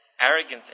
arrogance